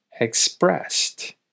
expressed